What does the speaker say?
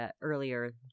earlier